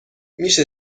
میشه